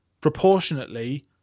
proportionately